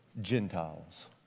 Gentiles